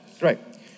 right